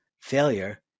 Failure